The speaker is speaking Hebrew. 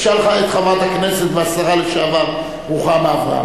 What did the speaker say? תשאל את חברת הכנסת והשרה לשעבר רוחמה אברהם.